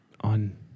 on